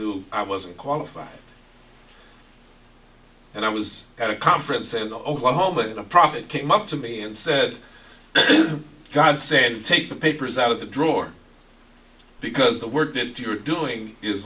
knew i wasn't qualified and i was at a conference in oklahoma in a prophet came up to me and said god said take the papers out of the drawer because the word you're doing is